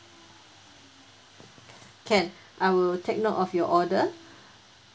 can I will take note of your order